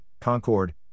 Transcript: Concorde